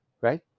right